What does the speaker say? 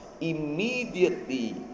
immediately